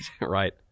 right